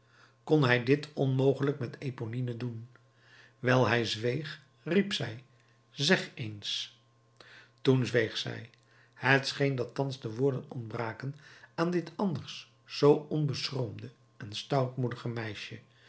kon hij dit onmogelijk met eponine doen wijl hij zweeg riep zij zeg eens toen zweeg zij het scheen dat thans de woorden ontbraken aan dit anders zoo onbeschroomde en stoutmoedige meisje